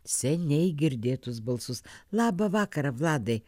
seniai girdėtus balsus labą vakarą vladai